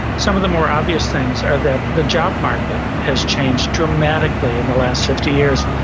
some of the more obvious things are that the job market has changed dramatically in the last fifty years.